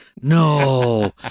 No